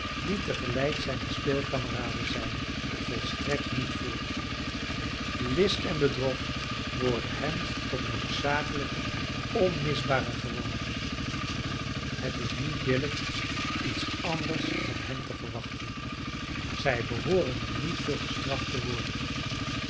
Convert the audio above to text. die tegelijk zijne speelkameraden zijn volstrekt niet voort list en bedrog worden hem tot noodzakelijke onmisbare gewoonten het is niet billijk iets anders van hen te verwachten zij behooren er niet voor gestraft te worden